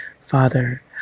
Father